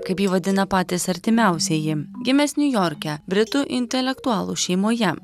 kaip jį vadina patys artimiausieji gimęs niujorke britų intelektualų šeimoje